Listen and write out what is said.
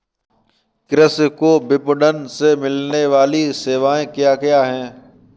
कृषि को विपणन से मिलने वाली सेवाएँ क्या क्या है